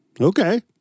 Okay